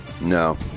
No